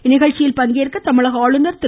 இந்நிகழ்ச்சியில் பங்கேற்க தமிழக ஆளுநர் திரு